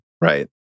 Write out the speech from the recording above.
right